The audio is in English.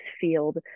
field